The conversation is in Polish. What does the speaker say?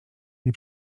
nie